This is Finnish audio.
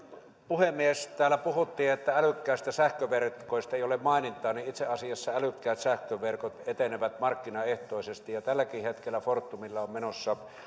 puhemies täällä puhuttiin että älykkäistä sähköverkoista ei ole mainintaa itse asiassa älykkäät sähköverkot etenevät markkinaehtoisesti tälläkin hetkellä fortumilla on menossa